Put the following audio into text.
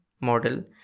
model